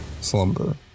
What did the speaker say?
slumber